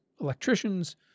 electricians